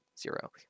zero